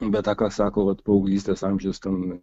bet tą ką sako vat paauglystės amžius ten